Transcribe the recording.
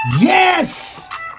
Yes